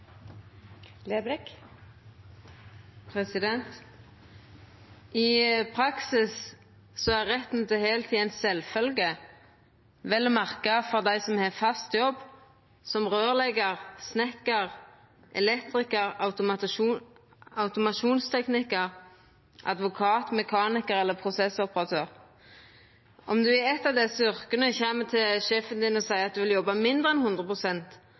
retten til heiltid ei sjølvfølgje – vel å merka for dei som har fast jobb som røyrleggjar, snikkar, elektrikar, automasjonsteknikar, advokat, mekanikar eller prosessoperatør. Om ein i eit av desse yrka kjem til sjefen sin og seier at ein vil jobba mindre enn